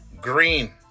Green